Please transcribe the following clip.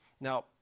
now